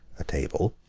a table,